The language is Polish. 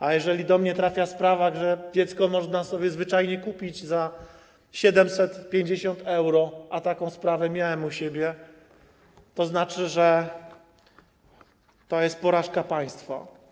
A skoro do mnie trafia sprawa pokazująca, że dziecko można sobie zwyczajnie kupić za 750 euro, a taką sprawę miałem u siebie, to znaczy, że to jest porażka państwa.